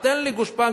תן לי גושפנקה,